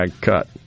cut